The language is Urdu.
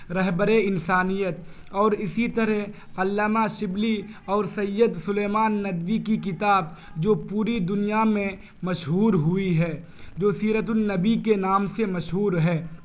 رہبر انسانیت اور اسی طرح علامہ شبلی اور سید سلیمان ندوی کی کتاب جو پوری دنیا میں مشہور ہوئی ہے جو سیرت النبی کے نام سے مشہور ہے